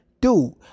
Dude